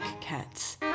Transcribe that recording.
cats